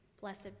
Blessed